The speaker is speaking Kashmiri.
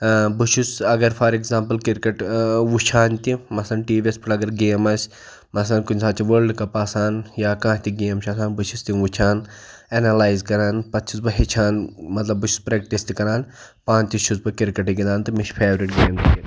بہٕ چھُس اگر فار اٮ۪کزامپٕل کِرکَٹ وُچھان تہِ مثلاً ٹی وی یَس پٮ۪ٹھ اگر گیم آسہِ باسان کُنہِ ساتہٕ چھِ وٲلڈٕ کَپ آسان یا کانٛہہ تہِ گیم چھِ آسان بہٕ چھُس تِم وُچھان اٮ۪نَلایز کَران پَتہٕ چھُس بہٕ ہیٚچھان مطلب بہٕ چھُس پرٛٮ۪کٹِس تہِ کَران پانہٕ تہِ چھُس بہٕ کِرکَٹٕے گِنٛدان تہٕ مےٚ چھِ فیورِٹ گیم تہِ کِرکَٹٕے